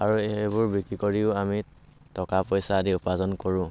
আৰু এইবোৰ বিক্ৰী কৰিও আমি টকা পইচা আদি উপাৰ্জন কৰোঁ